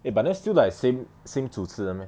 eh but then still like same same 主持人 meh